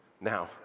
Now